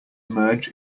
merge